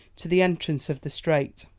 to the entrance of the strait,